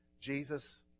Jesus